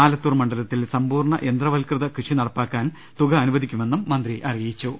ആലത്തൂർ മണ്ഡലത്തിൽ സമ്പൂർണ്ണ യന്ത്രവത്കൃത കൃഷി നടപ്പാക്കാൻ തുക അനുവദിക്കുമെന്നും മന്ത്രി അറിയിച്ചു